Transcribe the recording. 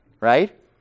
right